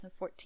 2014